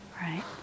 right